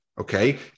Okay